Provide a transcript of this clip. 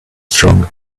strong